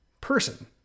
person